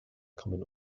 kommen